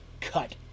cut